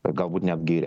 galbūt netgi